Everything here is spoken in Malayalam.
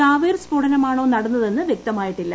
ചാവേർ സ്ഫോടനമാണോ നടന്നതെന്ന് വൃക്തമായിട്ടില്ല